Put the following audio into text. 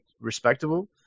respectable